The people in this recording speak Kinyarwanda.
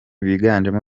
biganjemo